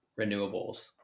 renewables